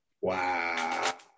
Wow